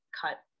cut